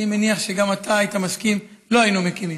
אני מניח שגם אתה היית מסכים, לא היינו מקימים.